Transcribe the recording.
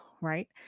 right